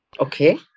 Okay